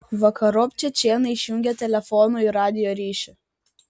vakarop čečėnai išjungė telefono ir radijo ryšį